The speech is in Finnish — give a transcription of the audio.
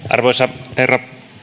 arvoisa herra